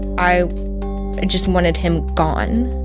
i just wanted him gone